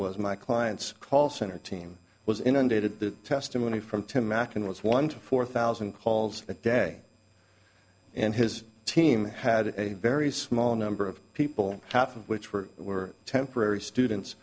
was my client's call center team was inundated the testimony from tim mack it was one to four thousand calls a day and his team had a very small number of people half of which were were temporary students